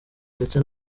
ndetse